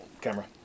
Camera